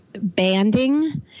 banding